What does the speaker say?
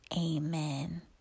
Amen